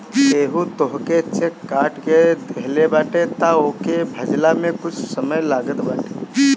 केहू तोहके चेक काट के देहले बाटे तअ ओके भजला में कुछ समय लागत बाटे